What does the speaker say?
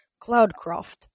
Cloudcroft